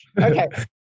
Okay